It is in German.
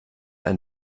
ein